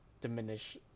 diminish